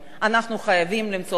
אנחנו חייבים למצוא פתרון.